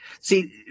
See